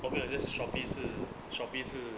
oh 没有 just Shopee 是 Shopee 是